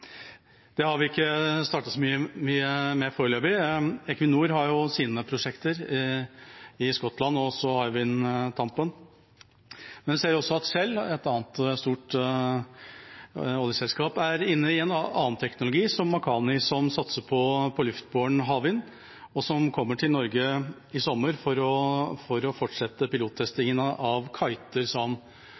Der har vi ikke startet mye foreløpig. Equinor har prosjekter i Skottland, og det har også Hywind Tampen. Og vi ser at Shell, et annet stort oljeselskap, sammen med Makani, er inne på en annen teknologi som satser på luftbåren havvind, og kommer til Norge i sommer for å fortsette pilottestingen av kiter som